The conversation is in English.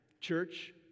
church